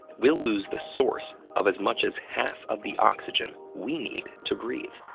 we'll lose the source of as much as half of the oxygen we need to breathe.